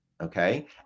Okay